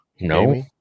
No